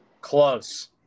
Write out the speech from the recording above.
Close